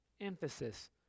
emphasis